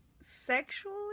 sexually